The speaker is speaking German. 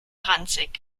ranzig